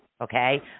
Okay